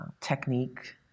technique